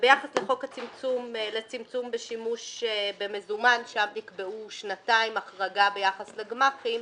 וביחס לחוק לצמצום בשימוש במזומן - שם נקבעו שנתיים החרגה ביחס לגמ"חים,